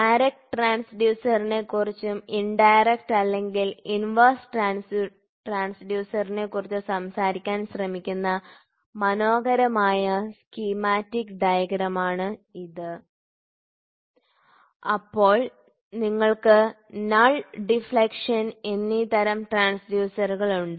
direct ട്രാൻസ്ഡ്യൂസറിനെക്കുറിച്ചും indirect അല്ലെങ്കിൽ inverse ട്രാൻസ്ഡ്യൂസറിനെക്കുറിച്ചോ സംസാരിക്കാൻ ശ്രമിക്കുന്ന മനോഹരമായ സ്കീമമാറ്റിക് ഡയഗ്രമാണ് ഇത് ശരി അപ്പോൾ നിങ്ങൾക്ക് നൾ ഡിഫ്ളെക്ഷൻ എന്നീ തരം ട്രാൻസ്ഡ്യൂസറുകൾ ഉണ്ട്